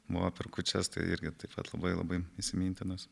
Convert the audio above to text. buvo per kūčias tai irgi taip pat labai labai įsimintinas